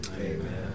Amen